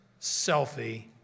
selfie